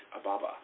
Ababa